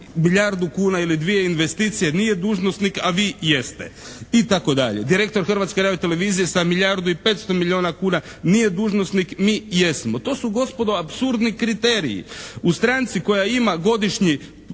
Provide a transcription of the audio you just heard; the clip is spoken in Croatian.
milijardu kuna ili dvije investicije nije dužnosnik a vi jeste itd. Direktor Hrvatske radiotelevizije sa milijardu i 500 milijuna kuna nije dužnosnik, mi jesmo. To su gospodo apsurdni kriteriji. U stranci koja ima godišnji